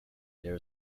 there